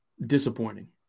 disappointing